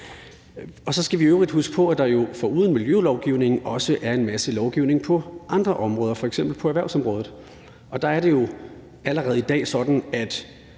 Vi skal i øvrigt huske på, at der jo foruden miljølovgivningen også er en masse lovgivning på andre områder, f.eks. på erhvervsområdet, og der er det jo allerede i dag sådan, at